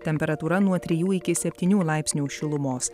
temperatūra nuo trijų iki septynių laipsnių šilumos